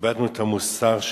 איבדנו את המוסר שלנו.